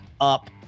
up